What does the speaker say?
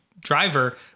driver